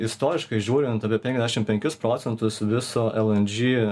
istoriškai žiūrint apie penkiasdešim penkis procentus viso elandžy